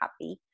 happy